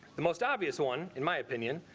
the most obvious one in my opinion,